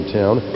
town